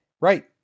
Right